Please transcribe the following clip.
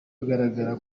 kugaragara